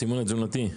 הסימון התזונתי?